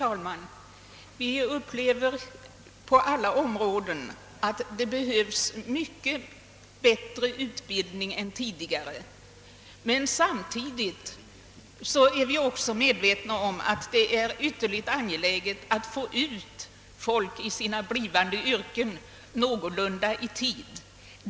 Herr talman! På alla områden behövs nu mycket bättre utbildning än tidigare. Samtidigt är vi medvetna om angelägenheten av att det inte skall ta alltför lång tid att få ut människorna i arbetslivet.